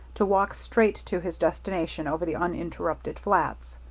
to walk straight to his destination over the uninterrupted flats.